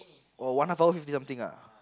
oh one half hour fifty something ah